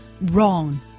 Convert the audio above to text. wrong